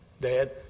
Dad